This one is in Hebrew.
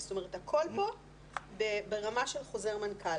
זאת אומרת, הכול פה ברמה של חוזר מנכ"ל.